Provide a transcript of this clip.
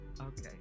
Okay